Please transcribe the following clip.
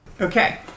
Okay